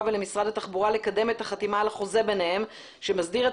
ולמשרד התחבורה לקדם את החתימה על החוזה ביניהם שמסדיר את